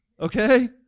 okay